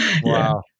Wow